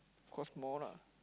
of course more lah